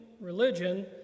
religion